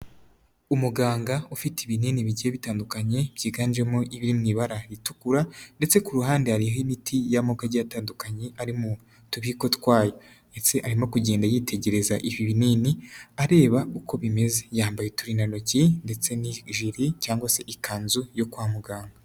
Umuganga ufite ibinini bike bitandukanye byiganjemo ibiri mu ibara ritukura ndetse ku ruhande hariho imiti y'amoko agiye atandukanye ari mu turiko twayo ndetse arimo kugenda yitegereza ibi binini areba uko bimeze, yambaye uturindantoki ndetse n'ijiri cyangwa se ikanzu yo kwa muganga.